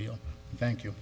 deal thank you